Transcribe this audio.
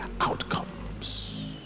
outcomes